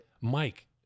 Mike